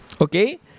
Okay